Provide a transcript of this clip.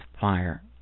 fire